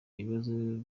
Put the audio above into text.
ibibazo